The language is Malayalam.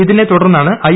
ഇതിനെതുടർന്നാണ് ഐ